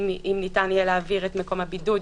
אם ניתן יהיה להעביר את מקום הבידוד,